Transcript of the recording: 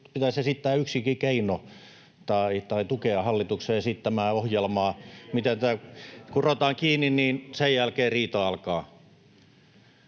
pitäisi esittää yksikin keino tai tukea hallituksen esittämää ohjelmaa, miten tämä kurotaan kiinni, niin sen jälkeen riita alkaa.